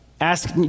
Ask